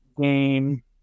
Game